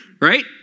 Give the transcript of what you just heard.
right